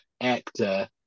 actor